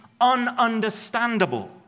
ununderstandable